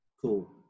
cool